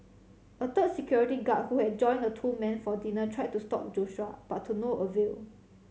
a third security guard who had joined the two men for dinner tried to stop Joshua but to no avail